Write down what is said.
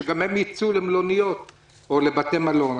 ייצאו למלוניות או לבתי מלון.